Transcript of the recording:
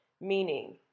meaning